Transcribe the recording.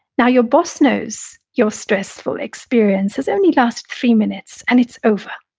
now your boss knows your stressful experience, this only lasts three minutes, and it's over.